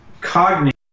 cognitive